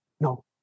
no